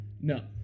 no